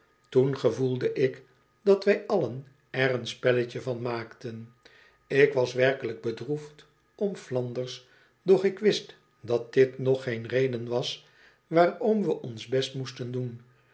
toen gevoelde ik dat wij allen er een spelletje van maakten ik was werkelyk bedroefd om flanders doch ik wist dat dit nog geen reden was waarom we ons best moesten doen